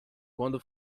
quando